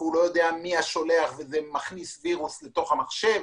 הוא לא יודע מיה שולח וזה מכניס וירוס לתוך המחשב.